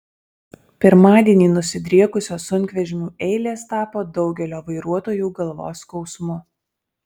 pirmadienį nusidriekusios sunkvežimių eilės tapo daugelio vairuotojų galvos skausmu